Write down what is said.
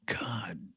God